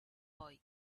boy